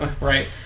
Right